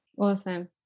Awesome